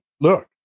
look